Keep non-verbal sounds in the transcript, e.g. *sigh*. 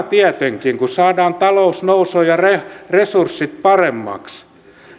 *unintelligible* tietenkin kun saadaan talous nousuun ja resurssit paremmiksi